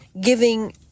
giving